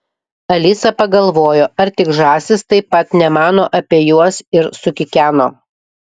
alisa pagalvojo ar tik žąsys taip pat nemano apie juos ir sukikeno